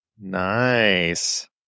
Nice